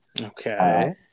Okay